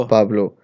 Pablo